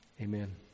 Amen